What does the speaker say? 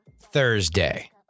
Thursday